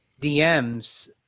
DMs